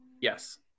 Yes